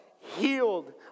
healed